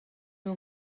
nhw